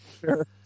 sure